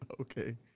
Okay